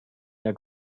der